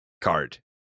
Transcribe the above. card